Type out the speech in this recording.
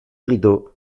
rideau